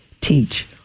teach